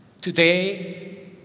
Today